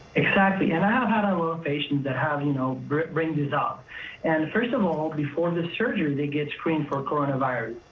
exactly. and i have had um ah ah patients that you know bring bring this up, and first of all, before the surgery, they get screened for coronavirus.